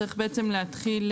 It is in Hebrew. צריך בעצם להתחיל,